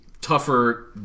tougher